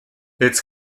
its